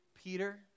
Peter